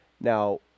Now